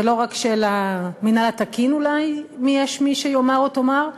ולא רק של המינהל התקין אולי אם יש מי שיאמר או תאמר,